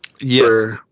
Yes